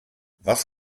was